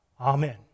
Amen